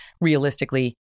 realistically